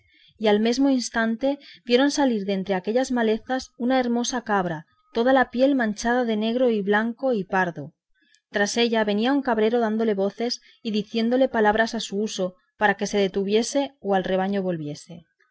y al mesmo instante vieron salir de entre aquellas malezas una hermosa cabra toda la piel manchada de negro blanco y pardo tras ella venía un cabrero dándole voces y diciéndole palabras a su uso para que se detuviese o al rebaño volviese